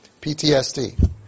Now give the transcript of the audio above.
PTSD